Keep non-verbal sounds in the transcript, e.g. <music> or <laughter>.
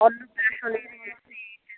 অন্নপ্রাশনে <unintelligible>